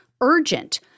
urgent